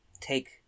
take